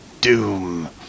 doom